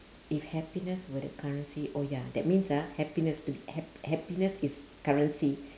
if happiness were the currency oh ya that means ah happiness to be happ~ happiness is currency